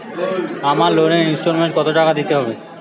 আমার লোনের ইনস্টলমেন্টৈ কত টাকা দিতে হবে?